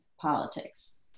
politics